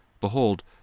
Behold